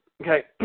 Okay